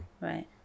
Right